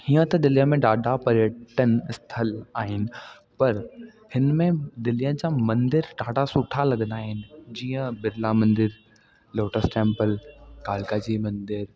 हीअं त दिल्लीअ में ॾाढा पर्यटन स्थल आहिनि पर हिन में दिल्लीअ जा मंदर ॾाढा सुठा लॻंदा आहिनि जीअं बिरला मंदरु लोटस टेंपल कालका जी मंदरु